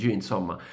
insomma